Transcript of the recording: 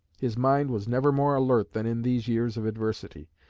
his mind was never more alert than in these years of adversity,